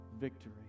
victory